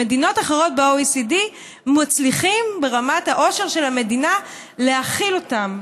במדינות אחרות ב-OECD מצליחים ברמת העושר של המדינה להכיל אותם.